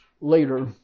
later